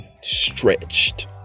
stretched